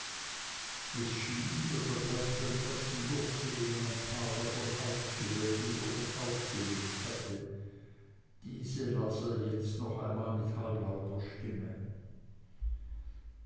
es schien daß er gleich beim ersten durchsehen ein paar davon ausgewählt und obenauf gelegt hatte diese las er jetzt noch einmal mit halblauter stimme